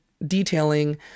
detailing